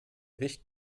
wicht